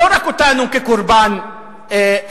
ולא רק אותנו כקורבן ראשון.